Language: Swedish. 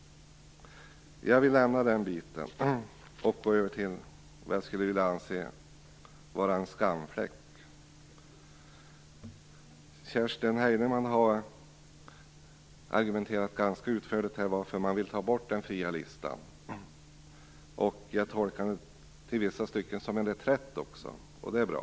Jag lämnar den delen och går över till det jag anser vara en skamfläck. Kerstin Heinemann har argumenterat ganska utförligt för varför man vill ta bort den fria listan. Jag tolkar det i vissa stycken som en reträtt, och det är bra.